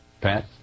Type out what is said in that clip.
Pat